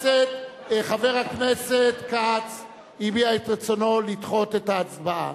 חבר הכנסת כץ הביע את רצונו לדחות את ההצבעה.